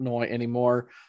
anymore